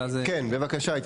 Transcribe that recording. כן, בבקשה.